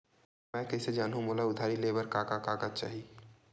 मैं कइसे जानहुँ कि मोला उधारी ले बर का का कागज चाही?